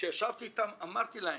כאשר ישבתי איתם אמרתי להם: